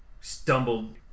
stumbled